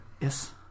Yes